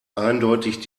eindeutig